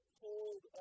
hold